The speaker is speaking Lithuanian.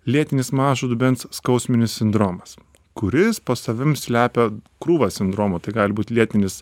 lėtinis mažo dubens skausminis sindromas kuris po savim slepia krūvą sindromų tai gali būt lėtinis